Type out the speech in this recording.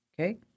okay